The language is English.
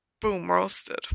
Boom-roasted